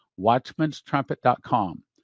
Watchmanstrumpet.com